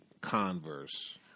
Converse